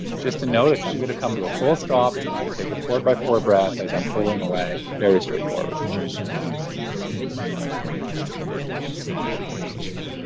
just to notice i'm going to come to a full stop. i'm going to take a four-by-four breath as i'm pulling away. very straightforward. very simple habits to just continuously throughout the day reset the nervous system.